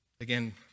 Again